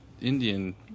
Indian